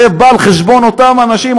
זה בא על חשבון אותם אנשים,